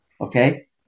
okay